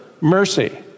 mercy